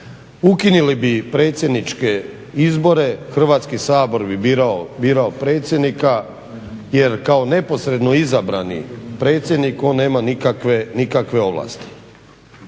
ukinuli bi predsjedničke izbore. Hrvatski sabor bi birao predsjednika, jer kao neposredno izabrani predsjednik on nema nikakve ovlasti.